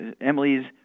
Emily's